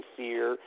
fear